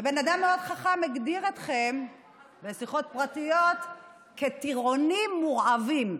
בן אדם מאוד חכם הגדיר אתכם בשיחות פרטיות כטירונים מורעבים,